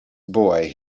boy